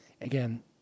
again